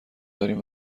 داریم